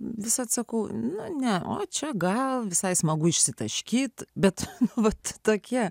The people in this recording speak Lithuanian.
vis atsakau na ne o čia gal visai smagu išsitaškyt bet vat tokie